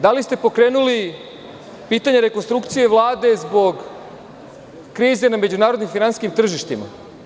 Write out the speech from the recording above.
Da li ste pokrenuli pitanje rekonstrukcije Vlade zbog krize na međunarodnim finansijskim tržištima?